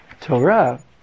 Torah